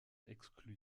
exclut